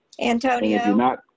Antonio